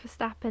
Verstappen